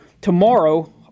tomorrow